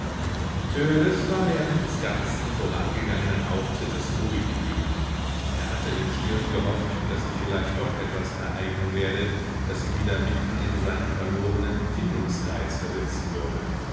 war während des ganzen vorangegangenen auftrittes ruhig geblieben er hatte im stillen gehofft daß sich vielleicht doch etwas ereignen werde das ihn wieder mitten in seinen verlorenen empfindungskreis versetzen würde